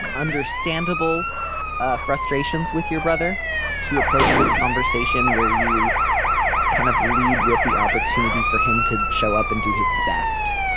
ah understandable ah frustrations with your brother to approach this conversation where you kind of lead with the opportunity for him to show up and do his best.